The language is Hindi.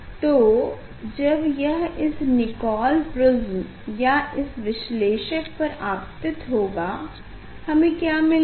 तो जब यह इस निकोल प्रिज्म या इस विश्लेषक पर आपतित होगा हमे क्या मिलेगा